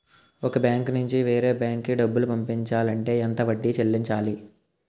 ఒక బ్యాంక్ నుంచి వేరే బ్యాంక్ కి డబ్బులు పంపించాలి అంటే ఎంత వడ్డీ చెల్లించాలి?